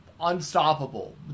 Unstoppable